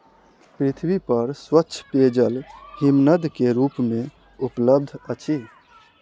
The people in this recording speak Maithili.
पृथ्वी पर स्वच्छ पेयजल हिमनद के रूप में उपलब्ध अछि